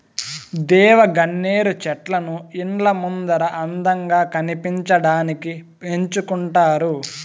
దేవగన్నేరు చెట్లను ఇండ్ల ముందర అందంగా కనిపించడానికి పెంచుకుంటారు